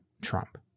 Trump